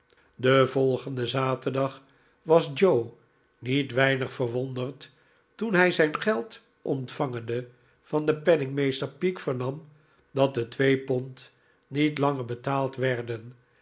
den volgenden zaterdag was joe niet weinig verwonderd toen hi zijn geld ontvangende van den penningmeester peake vernam dat de twee pond niet langer betaald werden